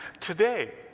today